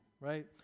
right